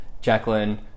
Jacqueline